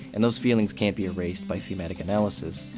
and those feelings can't be erased by thematic analysis.